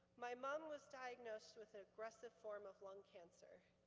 my mom was diagnosed with an aggressive form of lung cancer.